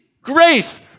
grace